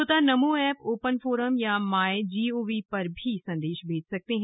श्रोता Namo app open forum या my gov पर भी संदेश भेज सकते हैं